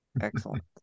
Excellent